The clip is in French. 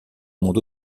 monde